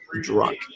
drunk